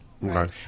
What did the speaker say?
right